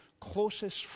closest